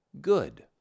good